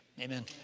Amen